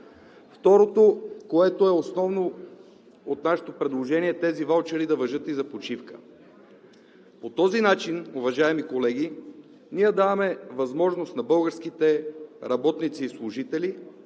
Второто, което е основно в нашето предложение – тези ваучери да важат и за почивка. По този начин, уважаеми колеги, ние даваме възможност на българските работници и служители